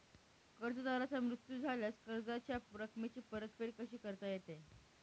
कर्जदाराचा मृत्यू झाल्यास कर्जाच्या रकमेची परतफेड कशी करता येते?